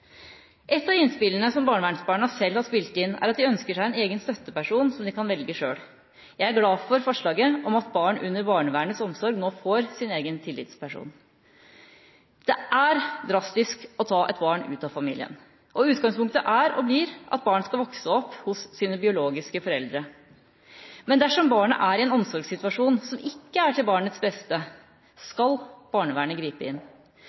et barn ut av familien, og utgangspunktet er og blir at barn skal vokse opp hos sine biologiske foreldre. Men dersom barnet er i en omsorgssituasjon som ikke er til barnets beste, skal barnevernet gripe inn.